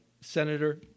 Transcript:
Senator